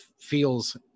feels